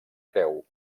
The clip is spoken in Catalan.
creu